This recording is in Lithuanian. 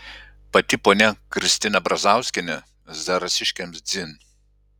pati ponia kristina brazauskienė zarasiškiams dzin